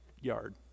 yard